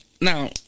Now